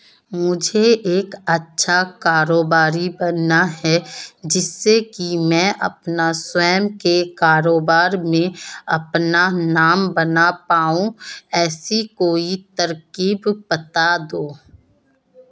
मुझे एक अच्छा कारोबारी बनना है जिससे कि मैं अपना स्वयं के कारोबार में अपना नाम बना पाऊं ऐसी कोई तरकीब पता दो?